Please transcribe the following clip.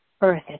earth